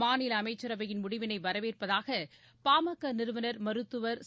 மாநில அமைச்சரவையின் முடிவிளை வரவேற்பதாக பாமக நிறுவனர் மருத்துவர் ச